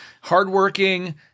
hardworking